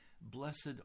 blessed